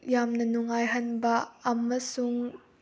ꯌꯥꯝꯅ ꯅꯨꯡꯉꯥꯏꯍꯟꯕ ꯑꯃꯁꯨꯡ